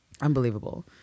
unbelievable